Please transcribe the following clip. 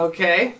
Okay